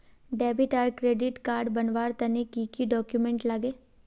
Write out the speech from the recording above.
Debit or credit card बनवार तने की की डॉक्यूमेंट लागे?